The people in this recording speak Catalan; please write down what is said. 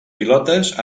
pilotes